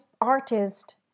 artist